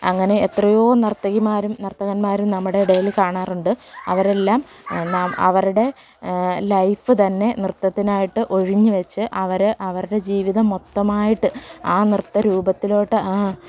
അങ്ങനെ എത്രയോ നർത്തകിമാരും നർത്തകന്മാരും നമ്മുടെ ഇടയിൽ കാണാറുണ്ട് അവരെല്ലാം അവരുടെ ലൈഫ് തന്നെ നൃത്തത്തിനായിട്ട് ഒഴിഞ്ഞ് വച്ച് അവർ അവരുടെ ജീവിതം മൊത്തമായിട്ട് ആ നൃത്ത രൂപത്തിലോട്ട്